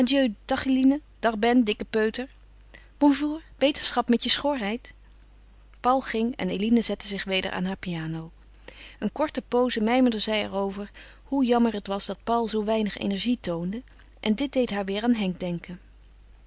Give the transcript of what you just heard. dag eline dag ben dikke peuter bonjour beterschap met je schorheid paul ging en eline zette zich weder aan haar piano een korte pooze mijmerde zij er over hoe jammer het was dat paul zoo weinig energie toonde en dit deed haar weêr aan henk denken